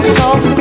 talk